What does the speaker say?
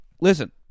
listen